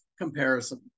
comparison